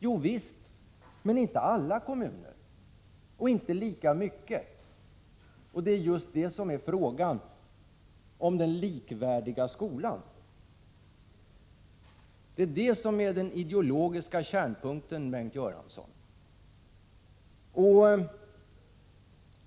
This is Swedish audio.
Javisst, men inte alla kommuner och inte lika mycket. Det är just det som är frågan, den likvärdiga skolan. Det är den ideologiska kärnpunkten, Bengt Göransson.